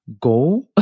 go